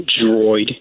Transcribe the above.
droid